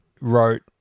wrote